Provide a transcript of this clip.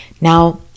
Now